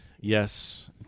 Yes